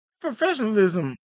professionalism